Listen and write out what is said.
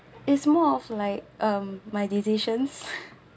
is more of like um my decisions